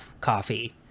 coffee